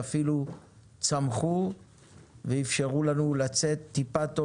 ואפילו צמחו ואפשרו לנו לצאת טיפה טוב